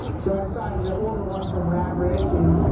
so i decided to order one from rad racing.